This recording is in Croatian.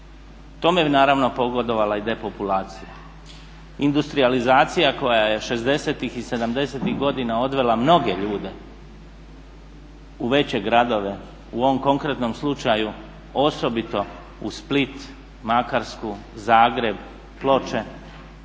Tome je naravno pogodovala i depopulizacija. Industrijalizacija koja je '60.-ih i '70.-ih godina odvela mnoge ljude u veće gradove, u ovom konkretnom slučaju osobito u Split, Makarsku, Zagreb, Ploče,